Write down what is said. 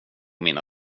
mina